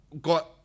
Got